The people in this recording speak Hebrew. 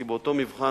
כי באותו מבחן,